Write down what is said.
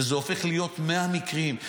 וזה הופך להיות 100 מקרים.